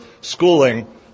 schooling